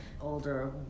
older